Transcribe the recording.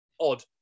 odd